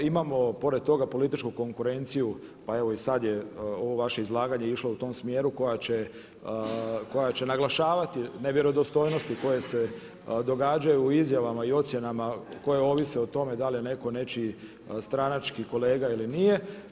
Imamo pored toga političku konkurenciju pa evo i sad je ovo vaše izlaganje išlo u tom smjeru koja će naglašavati nevjerodostojnosti koje se događaju u izjavama i ocjenama koje ovise o tome da li je netko nečiji stranački kolega ili nije.